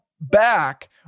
back